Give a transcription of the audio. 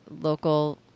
local